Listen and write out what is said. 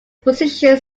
position